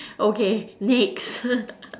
okay next